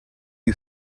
you